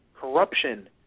corruption